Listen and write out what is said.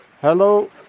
Hello